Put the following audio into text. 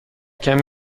کمی